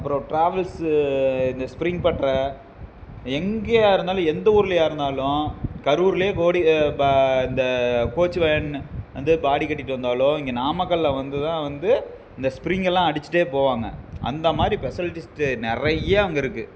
அப்புறம் ட்ராவல்ஸு இந்த ஸ்ப்ரிங் பட்டற எங்கயாக இருந்தாலும் எந்த ஊர்லயாக இருந்தாலும் கரூர்லயே கோடி இப்போ இந்த போச்சு வேன் வந்து பாடி கட்டிகிட்டு வந்தாலும் இங்கே நாமக்கலில் வந்து தான் வந்து இந்த ஸ்ப்ரிங்கெல்லாம் அடிச்சிகிட்டே போவாங்க அந்த மாதிரி பெசலிஸ்ட்டு நிறையா அங்கே இருக்கு